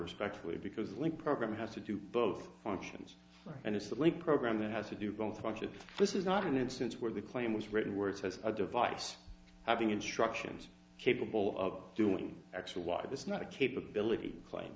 respectfully because little program has to do both functions and it's the only program that has to do both function this is not an instance where the claim was written words as a device having instructions capable of doing actual why this is not a capability claim